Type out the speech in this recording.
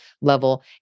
level